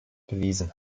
bewiesen